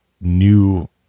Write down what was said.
new